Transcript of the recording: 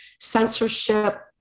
censorship